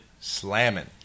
Slamming